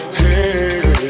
hey